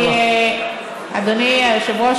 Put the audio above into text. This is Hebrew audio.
אדוני היושב-ראש,